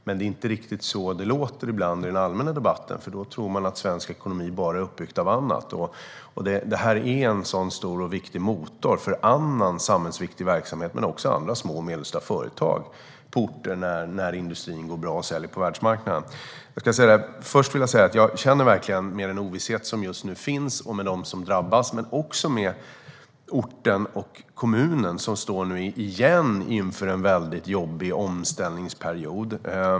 Men det är inte riktigt så det låter ibland i den allmänna debatten, där man kan tro att svensk ekonomi bara är uppbyggd av annat. När industrin går bra och säljer på världsmarknaden är det en stor och viktig motor för annan samhällsviktig verksamhet men också för små och medelstora företag på orter. Med den ovisshet som just nu finns känner jag verkligen med dem som drabbas men också med orten och kommunen, som nu igen står inför en väldigt jobbig omställningsperiod.